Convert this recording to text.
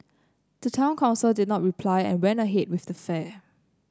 the town council did not reply and went ahead with the fair